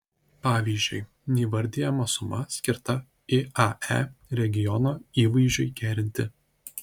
pavyzdžiui neįvardijama suma skirta iae regiono įvaizdžiui gerinti